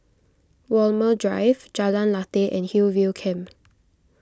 Walmer Drive Jalan Lateh and Hillview Camp